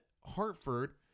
Hartford